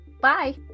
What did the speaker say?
Bye